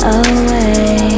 away